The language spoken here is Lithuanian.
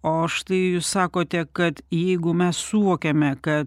o štai jūs sakote kad jeigu mes suvokiame kad